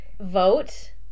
vote